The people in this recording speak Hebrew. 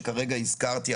שכרגע הזכרתי,